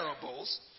parables